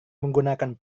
menggunakan